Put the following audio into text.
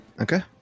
Okay